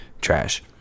trash